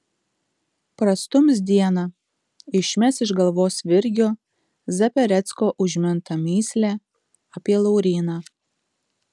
prastums dieną išmes iš galvos virgio zaperecko užmintą mįslę apie lauryną